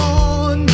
on